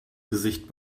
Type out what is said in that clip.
gesicht